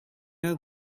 know